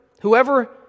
whoever